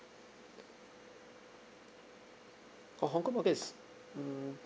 orh hong kong market is mm